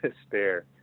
despair –